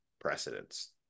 precedents